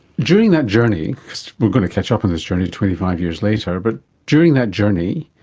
during that journey we're going to catch up on this journey twenty five years later, but during that journey,